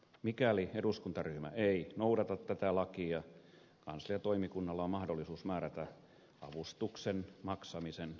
mikäli eduskuntaryhmä ei noudata tätä lakia kansliatoimikunnalla on mahdollisuus määrätä avustuksen maksamisen keskeyttäminen